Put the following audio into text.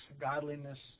Godliness